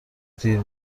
دیر